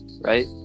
Right